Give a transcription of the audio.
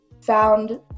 found